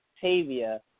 Tavia